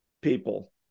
people